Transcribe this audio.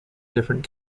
different